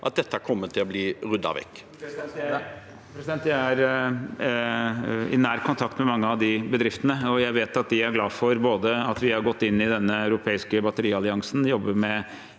at dette kommer til å bli ryddet vekk?